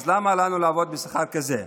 אז למה לנו לעבוד בשכר כזה?